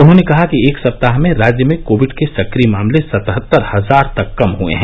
उन्होंने कहा कि एक सप्ताह में राज्य में कोविड के सक्रिय मामले सतहत्तर हजार तक कम हुए हैं